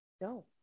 no